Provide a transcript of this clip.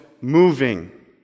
moving